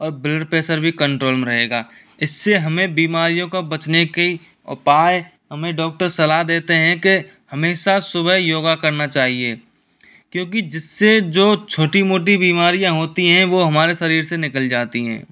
और blood pressure भी control में रहेगा इससे हमें बीमारियों का बचने की उपाय हमें डॉक्टर सलाह देते हैं कि हमेशा सुबह योग करना चाहिए क्योंकि जिससे जो छोटी मोटी बीमारियाँ होती हैं वह हमारे शरीर से निकल जाती हैं